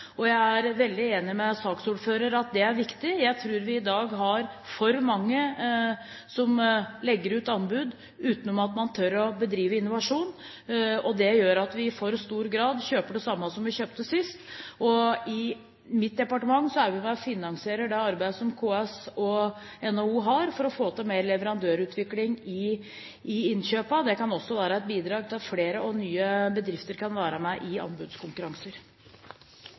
innkjøp. Jeg er veldig enig med saksordføreren i at det er viktig. Jeg tror vi i dag har for mange som legger ut anbud, uten å tørre å bedrive innovasjon. Det gjør at vi i for stor grad kjøper det samme som vi kjøpte sist. I mitt departement er vi med på å finansiere det arbeidet som KS og NHO gjør, for å få til mer leverandørutvikling i innkjøpene. Det kan også være et bidrag til at flere og nye bedrifter kan være med i anbudskonkurranser.